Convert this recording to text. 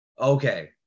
Okay